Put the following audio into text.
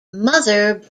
mother